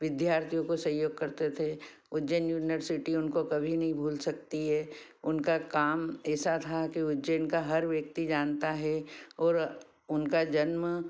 विद्यार्थियों को सहयोग करते थे उज्जैन यूनिवर्सिटी उनको कभी नहीं भूल सकती है उनका काम ऐसा था कि उज्जैन का हर व्यक्ति जानता है और उनका जन्म